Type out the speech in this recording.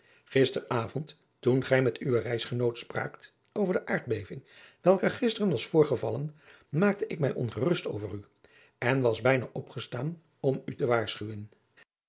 avond toen gij met uwen reisgenoot spraakt over de aardbeving welke gisteren was voorgevallen maakte ik mij ongerust over u en was bijna opgestaan om u te waarschuwen